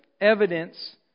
evidence